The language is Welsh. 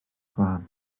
blaen